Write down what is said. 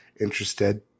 interested